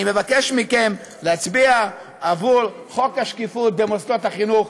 אני מבקש מכם להצביע עבור חוק השקיפות במוסדות החינוך.